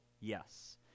Yes